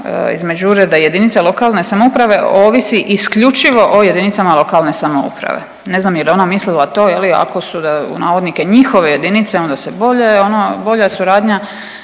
između Ureda jedinica lokalne samouprave ovisi isključivo o jedinicama lokalne samouprave. Ne znam je li ona mislila to je li ako su u navodnike njihove jedinice onda se bolje, ono bolje suradnja